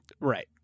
Right